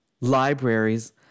libraries